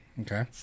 okay